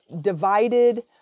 divided